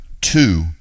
two